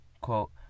Quote